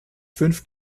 fünf